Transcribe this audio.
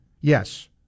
Yes